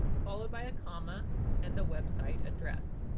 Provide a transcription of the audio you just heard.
followed by a comma and the website address.